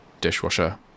dishwasher